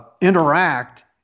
interact